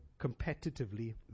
competitively